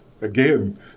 again